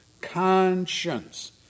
conscience